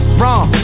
wrong